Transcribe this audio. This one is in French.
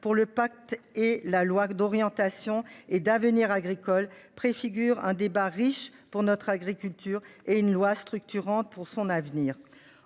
pour le pacte et la loi d'orientation et d'avenir agricole préfigure un débat riche pour notre agriculture, et une loi structurante pour son avenir.